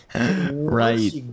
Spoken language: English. Right